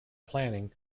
planning